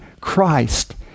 Christ